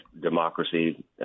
democracy